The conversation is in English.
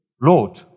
Lord